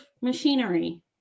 machinery